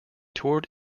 toured